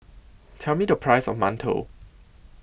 Tell Me The Price of mantou